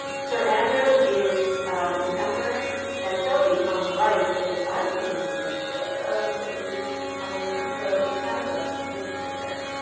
sir andrew is contemporary and toby on the right is, i would say he's a mixture elizabethan and cavalier, so it's kind of a mixture there.